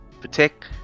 Protect